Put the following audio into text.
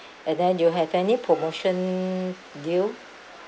and then you have any promotion deal